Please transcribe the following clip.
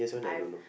I've